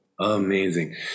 Amazing